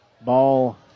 ball